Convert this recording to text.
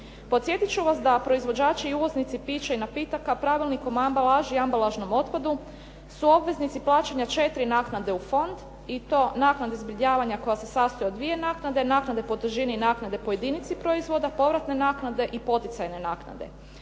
Podsjetiti ću vam da proizvođači i uvoznici pića i napitaka Pravilnikom o ambalaži i ambalažnom otpadu su obveznici plaćanja četiri naknade u fond, i to naknade zbrinjavanja koja se sastoji od dvije naknade, naknade po težini i naknade po jedinici proizvoda, povratne naknade i poticajne naknade.